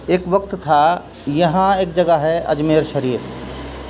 ایک وقت تھا یہاں ایک جگہ ہے اجمیر شریف